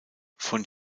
von